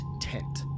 Tent